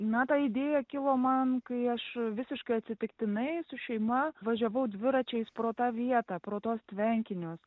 na ta idėja kilo man kai aš visiškai atsitiktinai su šeima važiavau dviračiais pro tą vietą pro tuos tvenkinius